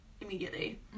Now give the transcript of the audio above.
immediately